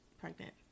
pregnant